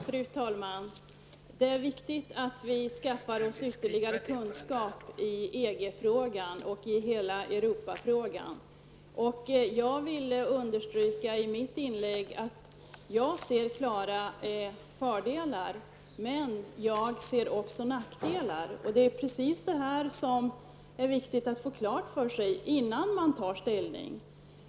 Fru talman! Det är viktigt att vi skaffar oss ytterligare kunskap i EG-frågan och hela Europafrågan. I mitt inlägg underströk jag att jag ser klara fördelar, men jag ser också nackdelar. Det är detta som det är viktigt att få klart för sig innan man tar ställning.